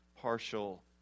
partial